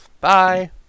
Bye